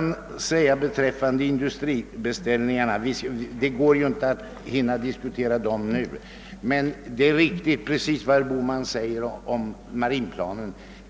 här. Beträffande industribeställningarna — det är ju inte möjligt att närmare diskutera dem nu — vill jag endast säga att vad herr Bohman anförde beträffande marinplanen är riktigt.